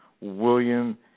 William